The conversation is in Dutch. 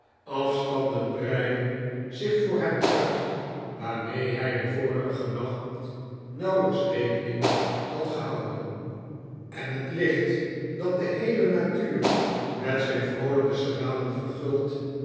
afstanden breiden zich voor hem uit waarmee hij den vorigen nacht nauwelijks rekening had gehouden en het licht dat de heele natuur met zijn vroolijke stralen